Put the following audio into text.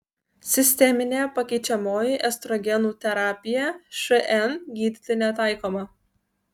sisteminė pakeičiamoji estrogenų terapija šn gydyti netaikoma